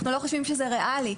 אנחנו לא חושבים שזה ריאלי.